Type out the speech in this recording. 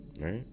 Right